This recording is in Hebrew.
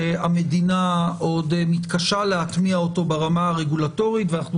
שהמדינה עוד מתקשה להטמיע אותו ברמה הרגולטורית ואנחנו